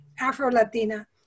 Afro-Latina